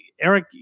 Eric